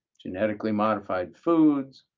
genetically modified foods,